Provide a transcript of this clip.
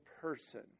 person